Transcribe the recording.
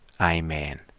Amen